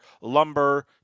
Lumber